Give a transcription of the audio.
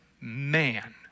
man